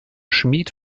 schmied